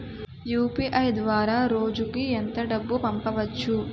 UPI ద్వారా రోజుకి ఎంత డబ్బు పంపవచ్చు?